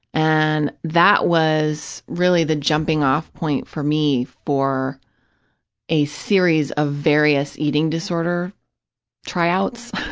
and that was really the jumping-off point for me for a series of various eating disorder try-outs.